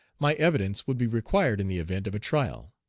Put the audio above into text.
my evidence would be required in the event of a trial.